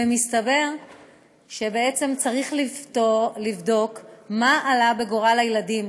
ומסתבר שבעצם צריך לבדוק מה עלה בגורל הילדים,